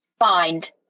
find